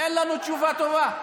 אין לנו תשובה טובה.